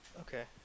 Okay